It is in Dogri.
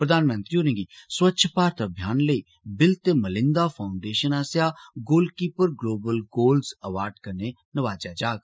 प्रधानमंत्री होरें गी स्वच्छ भारत अभियान लेई बिल ते मलिंदा फाउंडेशन आस्सेआ गोलकिपर ग्लोबल गोलज अवार्ड कन्ने नवाजेआ जाग